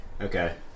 Okay